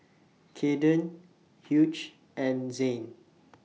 Caden Hughes and Zain